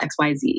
XYZ